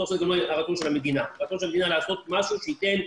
הרצון של המדינה הוא לעשות משהו שייתן,